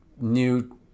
new